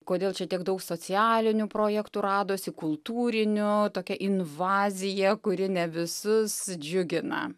kodėl čia tiek daug socialinių projektų radosi kultūrinių tokia invazija kuri ne visus džiugina